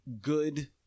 good